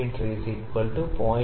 00133 റേഡിയൻസിൽ പൊതിഞ്ഞ കോണാണ് ശരി